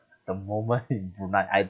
the moment in brunei I'd